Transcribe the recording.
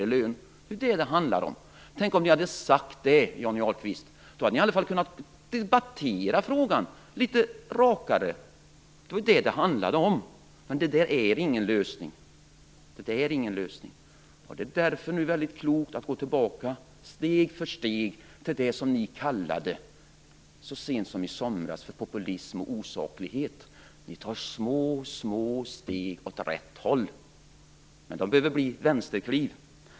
Det är ju det som det handlar om. Tänk om ni hade sagt det, Johnny Ahlqvist. Då hade ni i alla fall kunnat debattera frågan litet rakare. Men det är ingen lösning. Därför är det nu väldigt klokt att gå tillbaka, steg för steg, till det som ni så sent som i somras kallade för populism och osaklighet. Ni tar små, små steg åt rätt håll. Men de behöver bli vänsterkliv.